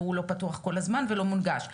והוא לא פתוח כל הזמן ולא מונגש.